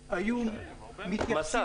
--- בועז,